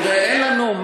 תראה, אין לנו.